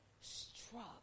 struck